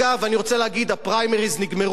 אני רוצה להגיד שהפריימריס נגמרו,